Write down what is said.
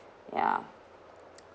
ya